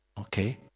Okay